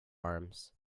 arms